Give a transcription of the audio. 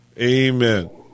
Amen